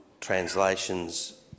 translations